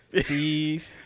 Steve